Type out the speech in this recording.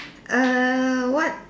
err what